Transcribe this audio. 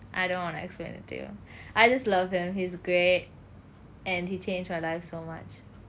I don't want to explain it to you I just love him he's great and he changed my life so much and I really